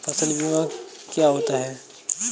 फसल बीमा क्या होता है?